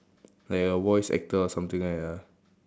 like your voice actor or something like that lah